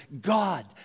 God